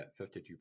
52